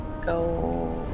go